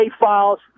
files